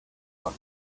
not